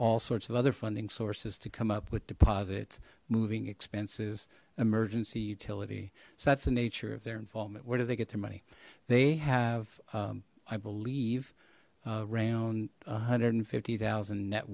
all sorts of other funding sources to come up with deposits moving expenses emergency utility so that's the nature of their involvement where do they get their money they have i believe around a hundred and fifty thousand net